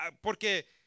Porque